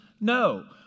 No